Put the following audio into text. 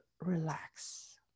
relax